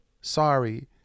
sorry